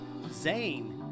Zayn